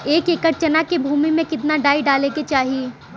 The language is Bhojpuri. एक एकड़ चना के भूमि में कितना डाई डाले के चाही?